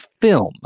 film